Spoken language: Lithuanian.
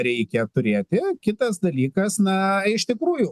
reikia turėti kitas dalykas na iš tikrųjų